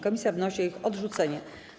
Komisja wnosi o ich odrzucenie.